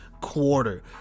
quarter